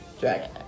Jack